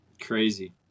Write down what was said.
crazy